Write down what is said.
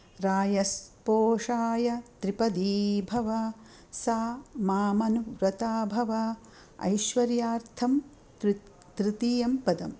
रायस्पोषाय त्रिपदी भव सा मामनुव्रता भव ऐश्वर्यार्थं तृ तृतीयं पदम्